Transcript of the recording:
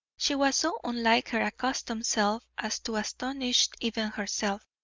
she was so unlike her accustomed self as to astonish even herself.